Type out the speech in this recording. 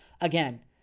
Again